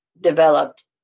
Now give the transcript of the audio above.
developed